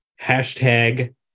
hashtag